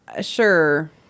sure